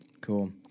Cool